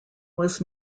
was